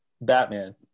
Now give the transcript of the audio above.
Batman